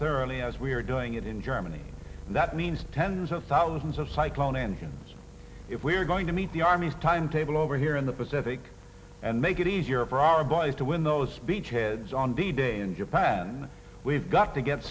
thoroughly as we are doing it in germany and that means tens of thousands of cyclon engines if we're going to meet the army's timetable over here in the pacific and make it easier for our boys to win those beach heads on d day in japan we've got to get